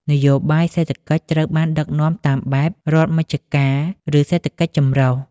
នយោបាយសេដ្ឋកិច្ចត្រូវបានដឹកនាំតាមបែប "រដ្ឋមជ្ឈការ" ឬសេដ្ឋកិច្ចចម្រុះ។